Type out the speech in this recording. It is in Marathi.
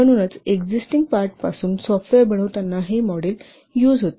म्हणूनच एक्सिस्टिंग पार्टपासून सॉफ्टवेअर बनवताना हे मॉडेल यूज होते